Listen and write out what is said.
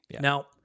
now